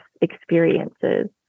experiences